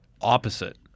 opposite